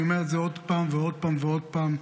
אני אומר את זה עוד פעם ועוד פעם ועוד פעם.